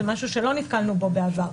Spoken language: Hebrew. זה משהו שלא נתקלנו בו בעבר.